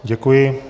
Děkuji.